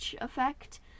effect